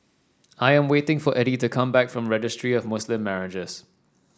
I am waiting for Eddy to come back from Registry of Muslim Marriages